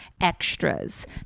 extras